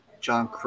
John